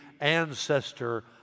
ancestor